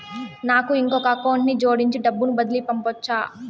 నాకు ఇంకొక అకౌంట్ ని జోడించి డబ్బును బదిలీ పంపొచ్చా?